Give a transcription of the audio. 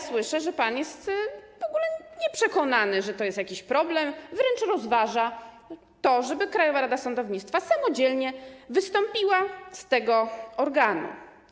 Słyszę, że pan nie jest w ogóle przekonany, że to jest jakiś problem, wręcz rozważa pan to, żeby Krajowa Rada Sądownictwa samodzielnie wystąpiła z tego organu.